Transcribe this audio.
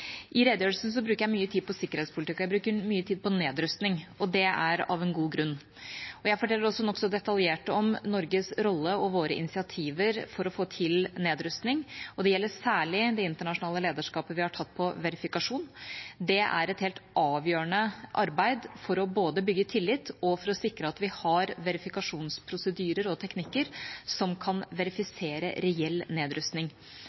I redegjørelsen bruker jeg mye tid på sikkerhetspolitikk, og jeg bruker mye tid på nedrustning. Det er av en god grunn. Jeg forteller også nokså detaljert om Norges rolle og våre initiativer for å få til nedrustning, og det gjelder særlig det internasjonale lederskapet vi har tatt på verifikasjon. Det er et helt avgjørende arbeid både for å bygge tillit og for å sikre at vi har verifikasjonsprosedyrer og teknikker som kan verifisere reell nedrustning.